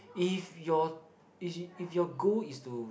if your is if your goal is to